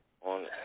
on